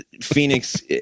Phoenix